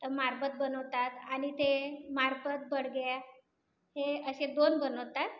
तं मारबत बनवतात आणि ते मारबत बडग्या हे असे दोन बनवतात